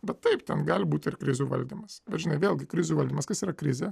bet taip ten gali būti ir krizių valdymas bet žinai vėlgi krizių valdymas kas yra krizė